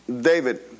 David